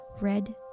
red